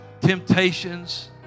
temptations